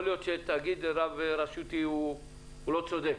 יכול להיות שתאגיד רב-רשותי הוא לא צודק.